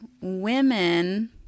women